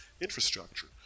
infrastructure